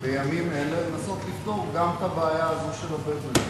בימים אלה לפתור גם את הבעיה הזאת של הבדואים.